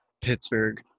Pittsburgh